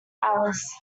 alice